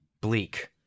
bleak